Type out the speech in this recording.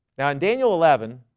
now in daniel eleven,